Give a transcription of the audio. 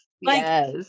yes